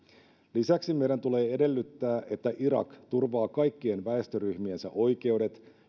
lisäksi meidän tulee edellyttää että irak turvaa kaikkien väestöryhmiensä oikeudet